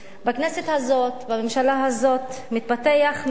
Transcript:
בכנסת הזאת, בממשלה הזאת מתפתח משחק חדש,